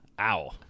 Ow